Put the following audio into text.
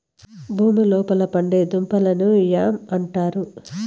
భూమి లోపల పండే దుంపలను యామ్ అంటారు